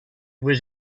was